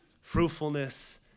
fruitfulness